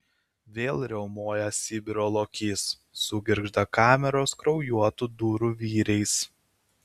vėl riaumoja sibiro lokys sugirgžda kameros kraujuotų durų vyriais